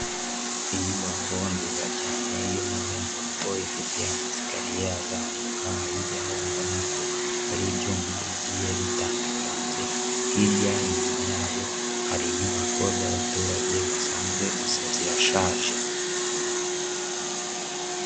Inyubako nziza cyane y'umuzenguruko ifite amasikariye azamuka ayijyaho, ubona ko hari ibyuma bigiye bitambikanze, hirya inyuma yayo hari inyubako z'abaturage basanzwe gusa zirashaje.